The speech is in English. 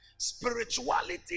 spirituality